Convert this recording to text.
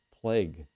plague